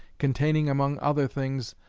containing, among other things,